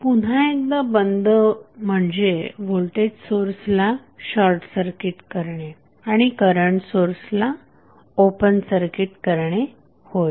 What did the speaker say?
पुन्हा एकदा बंद म्हणजे व्होल्टेज सोर्सला शॉर्टसर्किट करणे आणि करंट सोर्सला ओपन सर्किट करणे होय